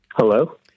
Hello